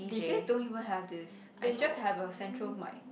deejays don't even have this they just have a central mic